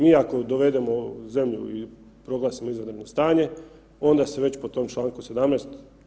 Mi ako dovedemo zemlju i proglasimo izvanredno stanje onda se već po tom čl. 17.